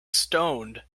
stoned